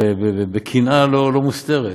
בקנאה לא מוסתרת.